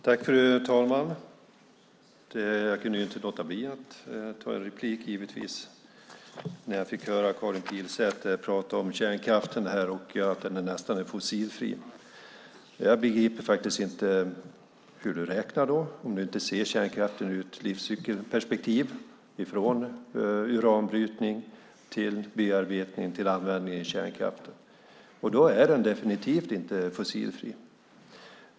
Fru talman! Jag kunde inte låta bli att begära replik när jag fick höra Karin Pilsäter prata om att kärnkraften är nästan fossilfri. Jag begriper faktiskt inte hur du räknar då. Ser du inte kärnkraften ur ett livscykelperspektiv från uranbrytning till bearbetning till användning i kärnkraften? Då är den definitivt inte fossilfri.